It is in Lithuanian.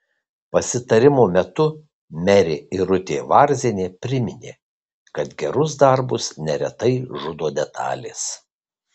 pasitarimo metu merė irutė varzienė priminė kad gerus darbus neretai žudo detalės